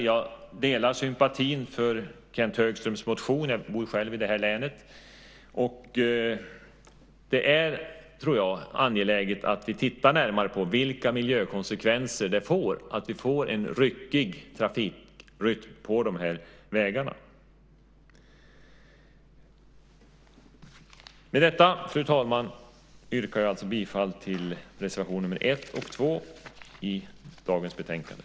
Jag delar sympatin för Kenth Högströms motion. Jag bor själv i det här länet. Det är, tror jag, angeläget att vi tittar närmare på vilka miljökonsekvenser det får att vi får en ryckig trafikrytm på de här vägarna. Med detta, fru talman, yrkar jag alltså bifall till reservationerna 1 och 2 i dagens betänkande.